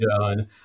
done